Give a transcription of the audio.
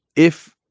if.